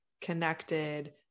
connected